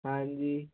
ਹਾਂਜੀ